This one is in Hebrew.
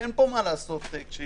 ואין פה מה לעשות כשיש